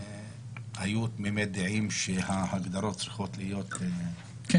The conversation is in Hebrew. היו תמימי דעים שההגדרות צריכות להיות ברורות,